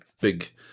big